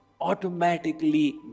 automatically